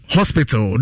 Hospital